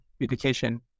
Education